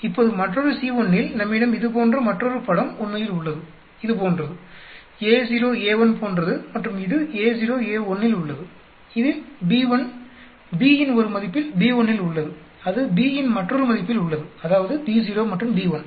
இப்போது மற்றொரு C1 இல் நம்மிடம் இது போன்ற மற்றொரு படம் உண்மையில் உள்ளது இது போன்றது Ao A1 போன்றது மற்றும் இது Ao A1 இல் உள்ளது இதில் B1 B இன் ஒரு மதிப்பில் B1 இல் உள்ளது அது B இன் மற்றொரு மதிப்பில் உள்ளது அதாவது Bo மற்றும் B1